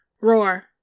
Roar